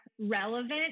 relevant